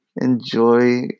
enjoy